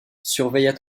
surveillent